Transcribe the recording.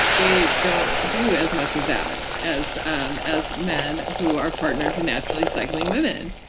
they don't do as much of that as um as men who are partnered to naturally cycling women.